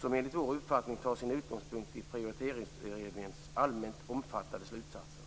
som enligt vår uppfattning tar sin utgångspunkt i Prioriteringsutredningens allmänt omfattade slutsatser.